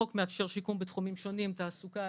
החוק מאפשר שיקום בתחומים שונים תעסוקה,